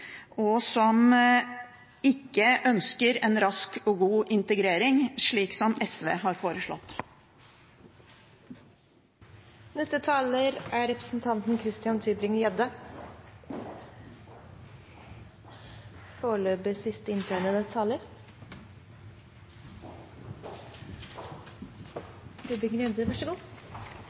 og som ikke ønsker en rask og god integrering, slik som SV har foreslått. Jeg hadde håpet at jeg ikke skulle måtte ta ordet, men da jeg hørte representanten